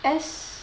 s